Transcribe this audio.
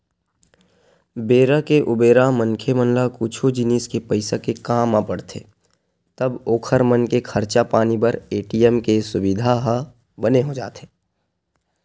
बेरा के उबेरा मनखे मन ला कुछु जिनिस के पइसा के काम आ पड़थे तब ओखर मन के खरचा पानी बर ए.टी.एम के सुबिधा ह बने हो जाथे